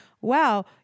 wow